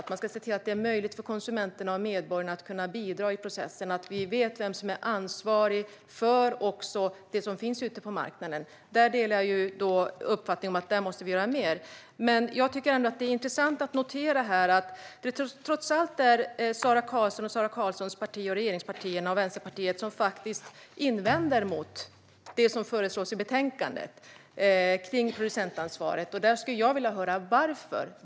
Det ska vara möjligt för konsumenter och medborgare att bidra i processen och att vi vet vem som är ansvarig för det som finns ute på marknaden. Där delar jag uppfattningen att vi måste göra mer. Det är dock intressant att notera att det är Sara Karlsson, regeringspartierna och Vänsterpartiet som invänder mot det som föreslås i betänkandet när det gäller producentansvaret. Jag skulle vilja höra varför.